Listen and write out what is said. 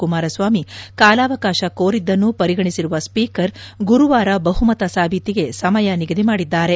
ಕುಮಾರಸ್ವಾಮಿ ಕಾಲಾವಕಾಶ ಕೋರಿದ್ದನ್ನು ಪರಿಗಣಿಸಿರುವ ಸ್ಪೀಕರ್ ಗುರುವಾರ ಬಹುಮತ ಸಾಬೀತಿಗೆ ಸಮಯ ನಿಗದಿ ಮಾದಿದ್ದಾರೆ